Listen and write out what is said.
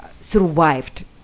survived